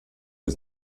ist